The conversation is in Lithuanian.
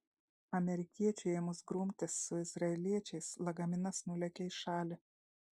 amerikiečiui ėmus grumtis su izraeliečiais lagaminas nulėkė į šalį